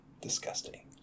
disgusting